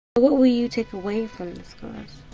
what will you take away from this class?